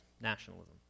nationalism